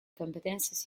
competencies